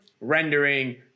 rendering